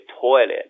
toilet